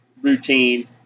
routine